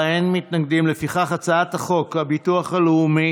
ההצעה להעביר את הצעת חוק הביטוח הלאומי